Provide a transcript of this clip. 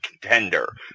contender